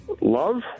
Love